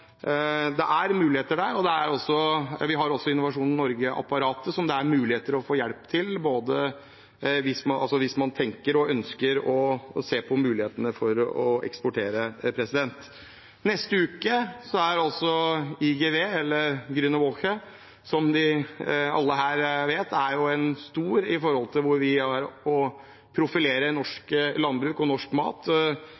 det er muligheter der. Vi har også Innovasjon Norge-apparatet, som det er mulig å få hjelp fra hvis man tenker på og ønsker å se på mulighetene for å eksportere. Neste uke er det IGW, Internationale Grüne Woche, som alle her vet er